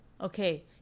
Okay